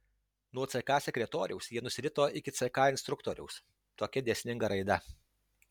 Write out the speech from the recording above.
nuo ck sekretoriaus jie nusirito iki ck instruktoriaus tokia dėsninga raida